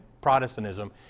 Protestantism